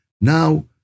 now